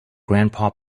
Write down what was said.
grandpa